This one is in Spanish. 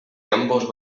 ambos